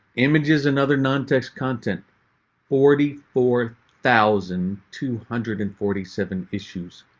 images and other non text content forty four thousand two hundred and forty seven issues.